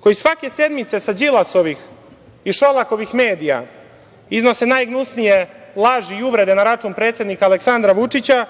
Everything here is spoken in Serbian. koji svake sedmice sa Đilasovih i Šolakovih medija iznose najgnusnije laži i uvrede na račun predsednika Aleksandra Vučića